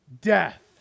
death